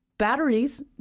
batteries